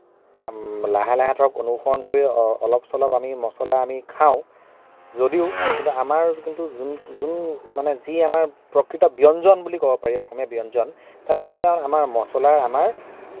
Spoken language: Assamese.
লাহে লাহে ধৰক অনুসৰণ কৰি অলপ চলপ মচলা আমি খাওঁ কিন্তু যদিও কিন্তু আমাৰ কিন্তু যোন মানে যি আমাৰ প্ৰকৃত ব্যঞ্জন বুলি ক'ব পাৰি অসমীয়া ব্যঞ্জন তাতে কিন্তু মচলা আমাৰ